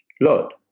Lord